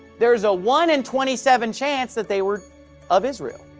there is a one in twenty seven chance that they were of israel.